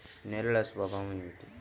నేలల స్వభావం ఏమిటీ?